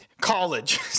College